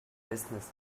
business